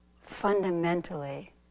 fundamentally